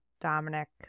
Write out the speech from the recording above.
Dominic